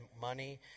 money